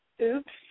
Oops